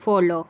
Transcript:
follow